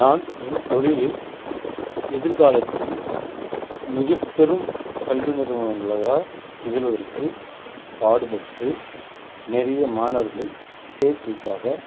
நான் என் தொழிலில் எதிர்காலத்தில் மிக பெரும் கல்விநிறுவனங்களால் திகழ்வதற்கு பாடுபட்டு நிறைய மாணவர்களை சேர்க்கைக்காக